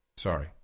Sorry